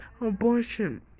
abortion